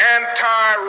anti